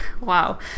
Wow